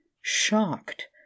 shocked